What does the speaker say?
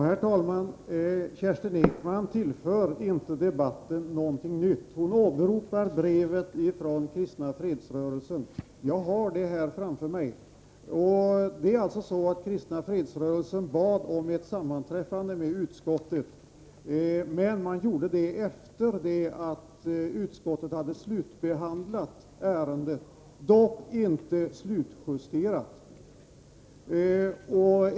Herr talman! Kerstin Ekman tillför inte debatten någonting nytt. Hon åberopar brevet från Kristna fredsrörelsen. Jag har det brevet framför mig. Kristna fredsrörelsen bad om ett sammanträffande med utskottet, men man gjorde det när utskottet hade slutbehandlat ärendet, dock inte slutjusterat det.